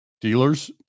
dealers